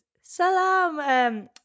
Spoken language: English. salam